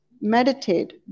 meditate